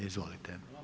Izvolite.